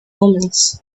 omens